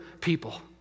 people